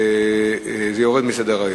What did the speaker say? יורד מסדר-היום,